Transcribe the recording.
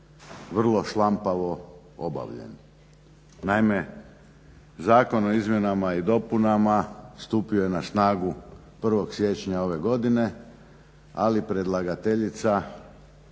vrlo šlampavo obavljen. Naime, zakon o izmjenama i dopunama stupio je na snagu 1.siječnja ove godine, ali predlagateljica